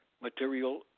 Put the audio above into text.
material